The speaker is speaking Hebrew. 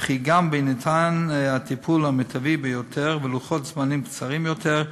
וכי גם בהינתן הטיפול המיטבי ביותר ולוחות זמנים קצרים יותר,